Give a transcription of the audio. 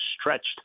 stretched